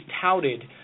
touted